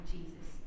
Jesus